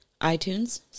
iTunes